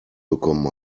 bekommen